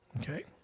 Okay